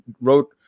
wrote